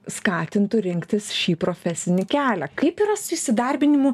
skatintų rinktis šį profesinį kelią kaip yra su įsidarbinimu